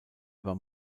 beim